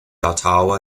ottawa